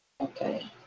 Okay